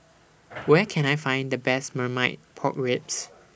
Where Can I Find The Best Marmite Pork Ribs